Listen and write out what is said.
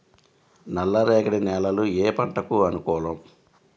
నల్ల రేగడి నేలలు ఏ పంటకు అనుకూలం?